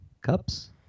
cups